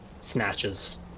snatches